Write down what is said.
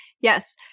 Yes